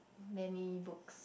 many books